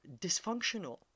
dysfunctional